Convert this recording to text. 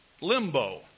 Limbo